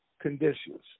conditions